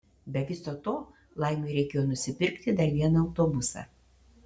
be viso to laimiui reikėjo nusipirkit dar vieną autobusą